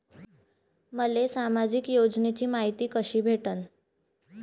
मले सामाजिक योजनेची मायती कशी भेटन?